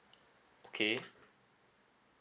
okay